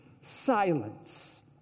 Silence